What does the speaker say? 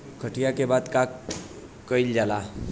कटिया के बाद का कइल जाला?